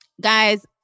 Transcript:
guys